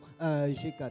G4